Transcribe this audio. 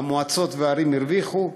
המועצות והערים הרוויחו,